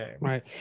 right